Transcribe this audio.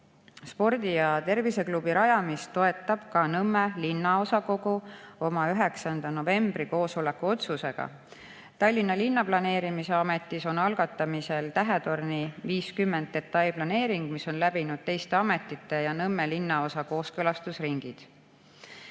"Spordi- ja terviseklubi rajamist toetab ka Nõmme linnaosakogu oma 9. novembri koosoleku otsusega. Tallinna Linnaplaneerimise Ametis on algatamisel Tähetorni 50 detailplaneering, mis on läbinud teiste ametite ja Nõmme linnaosa kooskõlastusringid."